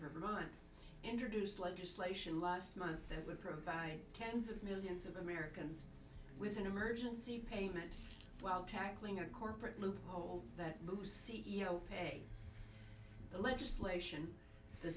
never mind introduced legislation last month that would provide tens of millions of americans with an emergency payment while tackling a corporate loophole that moves c e o pay the legislation t